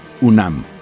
UNAM